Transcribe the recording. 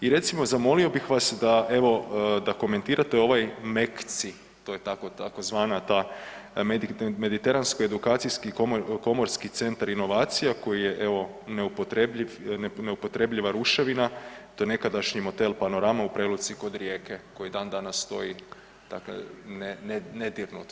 I recimo zamolio bih vas da komentirate ovaj MEKCI to je tzv. ta Mediteransko-edukacijski komorski centar inovacija koji je evo neupotrebljiva ruševina, to je nekadašnji Motel Panorama u Preluci kod Rijeke koji i dan danas stoji nedirnut.